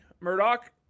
Murdoch